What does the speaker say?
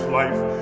life